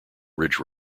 ridge